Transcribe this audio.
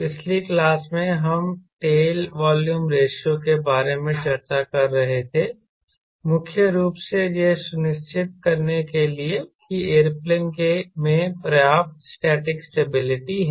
पिछली क्लास में हम टेल वॉल्यूम रेशों के बारे में चर्चा कर रहे थे मुख्य रूप से यह सुनिश्चित करने के लिए कि एयरप्लेन में पर्याप्त स्टैटिक स्टेबिलिटी है